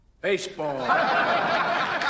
Baseball